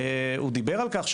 הוא דיבר על כך,